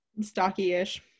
stocky-ish